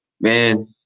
Man